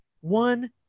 one